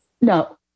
No